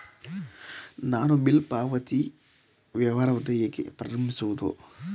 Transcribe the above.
ನಾನು ಬಿಲ್ ಪಾವತಿ ವ್ಯವಹಾರವನ್ನು ಹೇಗೆ ಪ್ರಾರಂಭಿಸುವುದು?